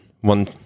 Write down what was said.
one